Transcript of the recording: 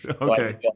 Okay